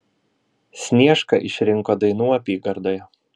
sniešką išrinko dainų apygardoje